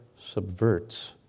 subverts